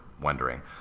wondering